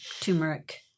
turmeric